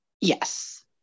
Yes